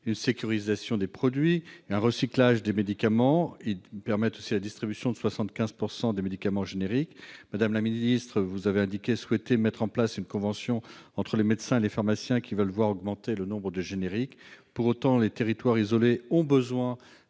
une sécurisation des produits, un recyclage des médicaments, ainsi que la distribution de 75 % des médicaments génériques. Madame la ministre, vous avez indiqué souhaiter mettre en place une convention entre les médecins et les pharmaciens qui veulent voir augmenter le nombre de génériques. Pour autant, les territoires isolés ont besoin